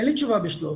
אין לי תשובה בשלוף.